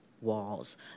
walls